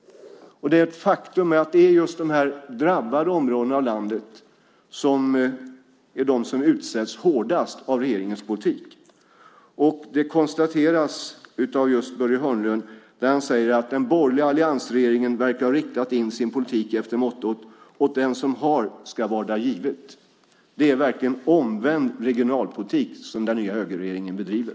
Det är ett faktum att det är just de drabbade områdena i landet som utsätts hårdast av regeringens politik. Det konstateras av just Börje Hörnlund, när han säger att "den borgerliga alliansregeringen verkar ha riktat in sin politik efter mottot 'åt den som har skall varda givet'". Det är verkligen omvänd regionalpolitik som den nya högerregeringen bedriver.